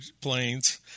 planes